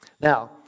Now